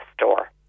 Store